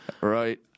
Right